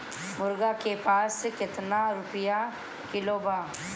मुर्गी के मांस केतना रुपया किलो बा?